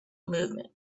movement